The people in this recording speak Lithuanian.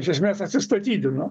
iš esmės atsistatydino